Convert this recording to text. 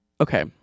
okay